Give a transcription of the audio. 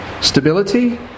Stability